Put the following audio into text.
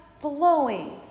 flowing